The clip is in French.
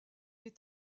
est